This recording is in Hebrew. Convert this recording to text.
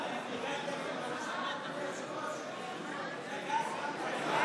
הודעת ראש הממשלה נתקבלה.